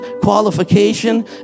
qualification